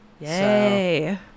yay